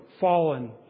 fallen